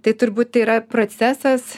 tai turbūt yra procesas